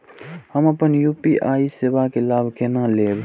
हम अपन यू.पी.आई सेवा के लाभ केना लैब?